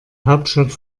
hauptstadt